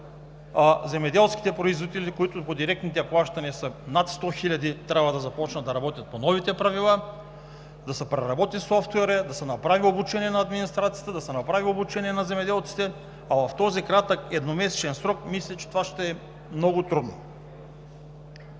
а земеделските производители, които по директните плащания са над 100 хиляди, трябва да започнат да работят по новите правила. Да се преработи софтуерът, да се направи обучение на администрацията, да се направи обучение на земеделците, мисля, че в този кратък едномесечен срок това ще е много трудно.